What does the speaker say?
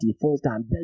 full-time